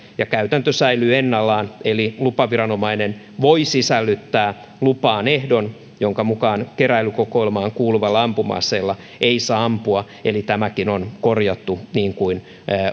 ja käytäntö säilyy ennallaan eli lupaviranomainen voi sisällyttää lupaan ehdon jonka mukaan keräilykokoelmaan kuuluvalla ampuma aseella ei saa ampua eli tämäkin on korjattu niin kuin